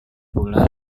gula